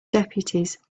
deputies